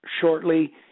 shortly